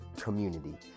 community